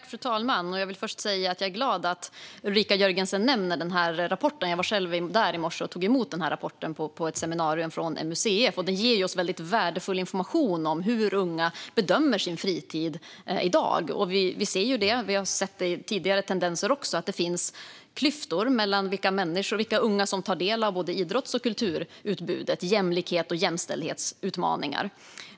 Fru talman! Jag vill först säga att jag är glad att Ulrika Jörgensen nämner den här rapporten; jag var själv på ett seminarium i morse och tog emot rapporten från MUCF. Rapporten ger oss väldigt värdefull information om hur unga bedömer sin fritid i dag. Vi ser, och har sett även i tidigare tendenser, att det finns klyftor när det gäller vilka unga som tar del av såväl idrotts som kulturutbudet. Det är jämlikhets och jämställdhetsutmaningar.